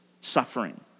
suffering